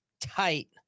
tight